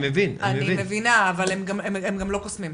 אני מבינה, אבל הם לא קוסמים.